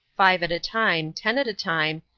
five at a time, ten at a time,